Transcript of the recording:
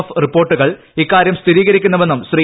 F റിപ്പോർട്ടുകൾ ഇക്കാരൃം സ്ഥിരീകരിക്കുന്നുപ്പെന്നും ശ്രീ